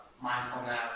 mindfulness